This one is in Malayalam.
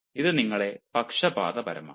ഇത് നിങ്ങളെ പക്ഷപാതപരമാക്കും